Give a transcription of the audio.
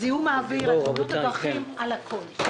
זיהום האוויר, על תאונות הדרכים, על הכול.